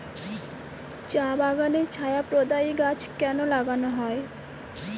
চা বাগানে ছায়া প্রদায়ী গাছ কেন লাগানো হয়?